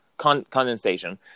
condensation